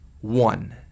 one